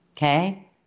Okay